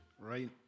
right